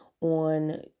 on